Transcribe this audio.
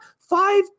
five